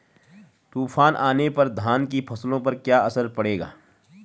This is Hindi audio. तूफान आने पर धान की फसलों पर क्या असर पड़ेगा?